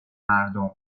مردم